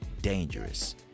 dangerous